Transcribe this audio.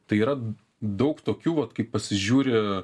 tai yra daug tokių vat kai pasižiūri